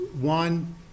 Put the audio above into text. one